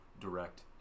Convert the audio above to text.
direct